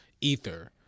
ether